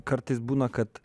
kartais būna kad